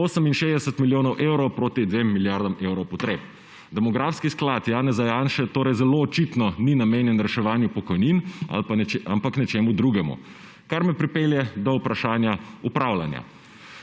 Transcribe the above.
68 milijonov evrov proti 2 milijardam evrov potreb. Demografski sklad Janeza Janše torej zelo očitno ni namenjen reševanju pokojnin, ampak nečemu drugemu, kar me pripelje do vprašanja upravljanja.